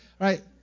right